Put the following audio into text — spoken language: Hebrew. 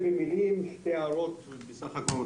שתי הערות.